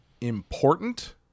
important